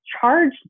charge